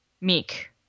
Meek